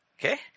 Okay